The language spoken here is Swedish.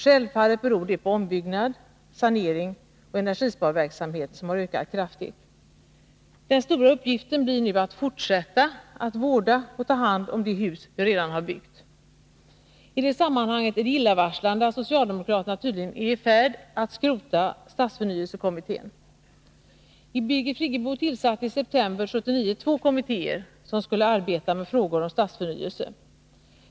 Självfallet beror detta på att omfattningen av ombyggnads-, saneringsoch energisparverksamhet har ökat kraftigt. Den stora uppgiften blir nu att fortsätta att vårda och ta hand om de hus vi redan har byggt. I detta sammanhang är det illavarslande att socialdemokraterna tydligen är i färd med att skrota stadsförnyelsekommittén. Birgit Friggebo tillsatte i september 1979 två kommittéer som skulle arbeta med frågor om stadsförnyelse.